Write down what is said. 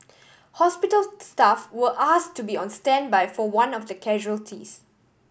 hospital staff were ask to be on standby for one of the casualties